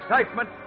Excitement